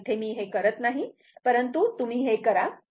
तेव्हा इथे मी हे करत नाही परंतु तुम्ही हे करा